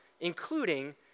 including